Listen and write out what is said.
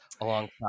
alongside